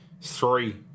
three